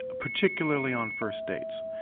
ah particularly on first dates.